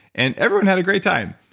and everyone had a great time.